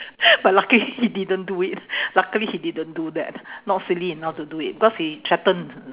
but luckily he didn't do it luckily he didn't do that not silly enough to do it cause he threatened